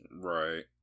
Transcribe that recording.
Right